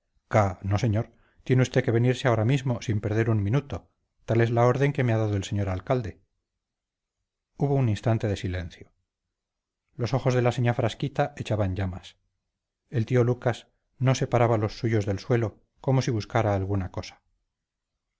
no señor tiene usted que venir ahora mismo sin perder un minuto es la orden que me ha dado el señor alcalde hubo un instante de silencio los ojos de la señá frasquita echaban llamas el tío lucas no separaba los suyos del suelo como si buscara alguna cosa